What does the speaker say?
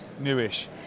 newish